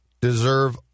deserve